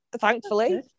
thankfully